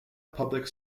public